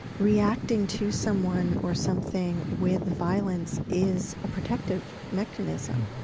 reacting to someone or something with violence is a protective mechanism.